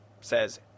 says